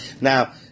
Now